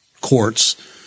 courts